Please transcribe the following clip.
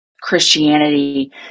Christianity